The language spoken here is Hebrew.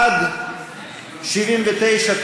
עד 79,